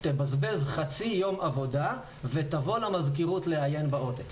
תבזבז חצי יום עבודה ותבוא למזכירות לעיין בעותק.